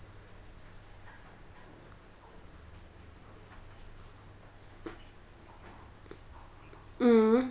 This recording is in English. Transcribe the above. mm